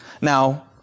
Now